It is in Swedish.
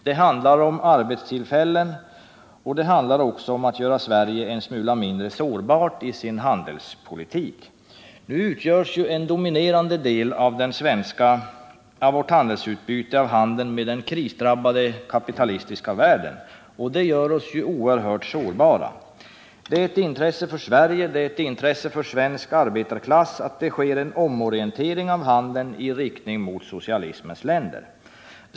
Det handlar om arbetstillfällen, och det handlar också om att göra Sverige en smula mindre sårbart i dess handelspolitik. Nu utgörs ju en dominerande del av vårt handelsutbyte av handel med den krisdrabbade kapitalistiska världen, och det gör oss ju oerhört sårbara. Det är ett intresse för Sverige, det är eu intresse för svensk arbetarklass att det sker en omorientering av handeln i riktning mot socialismens länder.